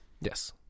Yes